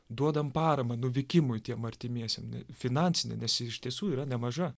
duodam paramą nuvykimui tiem artimiesiem finansinę nes ji iš tiesų yra nemaža